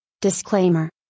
Disclaimer